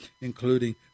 including